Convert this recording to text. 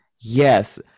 Yes